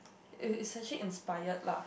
it it's actually inspired lah